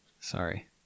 Sorry